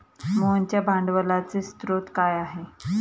मोहनच्या भांडवलाचे स्रोत काय आहे?